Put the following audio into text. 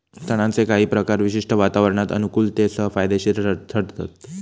तणांचे काही प्रकार विशिष्ट वातावरणात अनुकुलतेसह फायदेशिर ठरतत